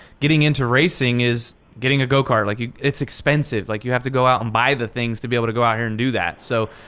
getting into racing is getting a go kart, like it's expensive, like you have to go out and buy the things to be able to go out here and do that. so